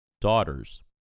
daughters